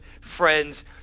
friends